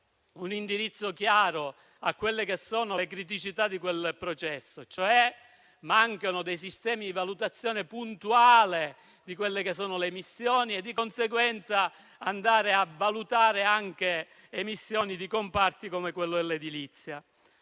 un indirizzo chiaro a quelle che sono le criticità di quel processo, nel quale mancano dei sistemi di valutazione puntuale delle emissioni e, di conseguenza, per andare a valutare anche emissioni di comparti come quello dell'edilizia.